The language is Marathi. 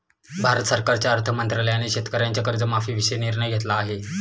भारत सरकारच्या अर्थ मंत्रालयाने शेतकऱ्यांच्या कर्जमाफीविषयी निर्णय घेतला आहे